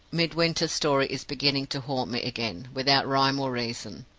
midwinter's story is beginning to haunt me again, without rhyme or reason.